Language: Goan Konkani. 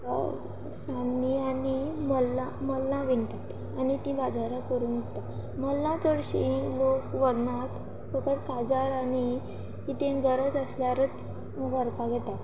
सान्नी आनी मल्लां मल्लां विणटात आनी तीं बाजारांत व्हरून विकतात मल्लां चडशीं लोक व्हरनात फक्त काजार आनी कितें गरज आसल्यारूच व्हरपाक येतात